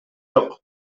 жок